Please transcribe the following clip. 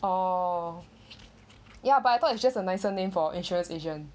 oh ya but I thought it's just a nicer name for insurance agent